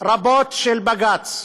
רבות של בג"ץ,